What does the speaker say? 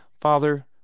Father